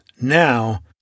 now